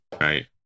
right